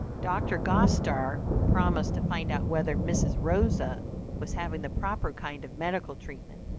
dr. gostar promised to find out whether mrs. rosa was having the proper kind of medical treatment,